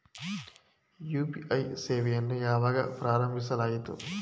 UPI ಸೇವೆಯನ್ನು ಯಾವಾಗ ಪ್ರಾರಂಭಿಸಲಾಯಿತು?